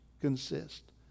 consist